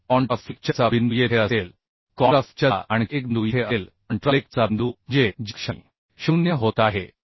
तर कॉन्ट्रा फ्लेक्चरचा बिंदू येथे असेल कॉन्ट्रा फ्लेक्चरचा आणखी एक बिंदू येथे असेल कॉन्ट्रा फ्लेक्चरचा बिंदू म्हणजे ज्या क्षणी 0 होत आहे